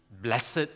Blessed